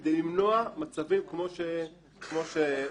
כדי למנוע מצבים כמו שתוארו כאן.